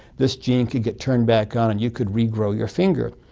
this gene could get turned back on and you could regrow your finger.